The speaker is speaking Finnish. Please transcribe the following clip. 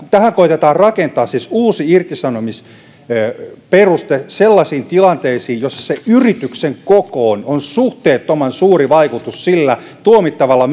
tähän koetetaan rakentaa siis uusi irtisanomisperuste sellaisiin tilanteisiin joissa yrityksen kokoon nähden on suhteettoman suuri vaikutus sillä tuomittavalla